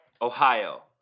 Ohio